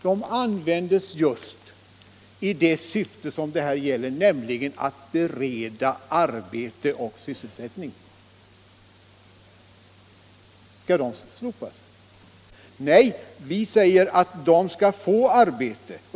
De pengarna används just i det syfte som det här gäller, nämligen för att bereda arbete och sysselsättning. Skall de slopas? Nej, vi säger att folk skall få arbete.